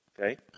okay